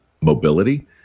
mobility